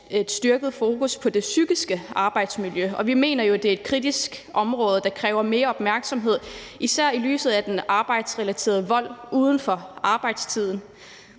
et styrket fokus på det psykiske arbejdsmiljø, og vi mener jo, at det er et kritisk område, der kræver mere opmærksomhed, især i lyset af den arbejdsrelaterede vold uden for arbejdstiden.